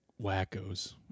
wackos